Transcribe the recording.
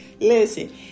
listen